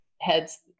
heads